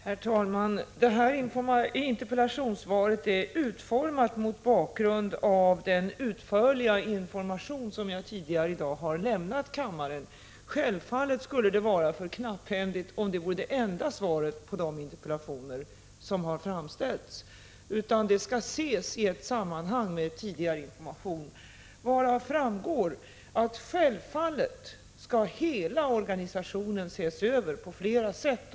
Herr talman! Det här interpellationssvaret är utformat mot bakgrund av den utförliga information som jag tidigare i dag har lämnat kammaren. Självfallet skulle det vara alltför knapphändigt om det vore det enda svaret på de interpellationer som har framställts. Det skall i stället ses som sammanhängande med tidigare given information, varav framgår att hela organisationen självfallet skall ses över på flera sätt.